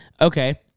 okay